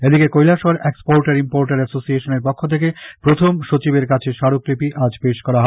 এদিকে Kailashahar exporter importer এসোসিয়েশনের পক্ষ থেকে প্রথম সচিবের কাছে স্মারকলিপি আজ পেশ করা হয়